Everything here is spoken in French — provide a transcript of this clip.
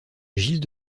gilles